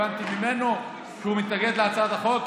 הבנתי ממנו שהוא מתנגד להצעת החוק,